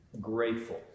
grateful